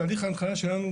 תהליך ההנחיה שהיה לנו,